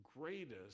greatest